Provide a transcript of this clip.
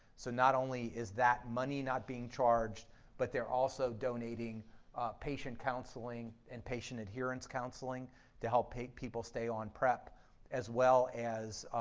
so not only is that money not being charged but they're also donating patient counseling and patient adherence counseling to help people stay on prep as well as